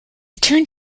turned